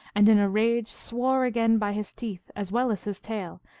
and in a rage swore again by his teeth, as well as his tail,